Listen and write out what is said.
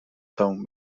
تموم